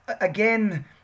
again